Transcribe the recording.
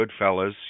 Goodfellas